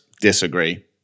Disagree